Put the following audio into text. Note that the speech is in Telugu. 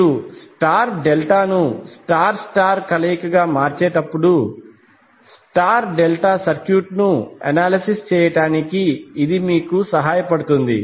మీరు స్టార్ డెల్టా ను స్టార్ స్టార్ కలయికగా మార్చేటప్పుడు స్టార్ డెల్టా సర్క్యూట్ను అనాలిసిస్ చేయడానికి ఇది మీకు సహాయపడుతుంది